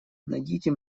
найдите